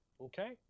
okay